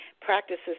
Practices